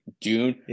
Dune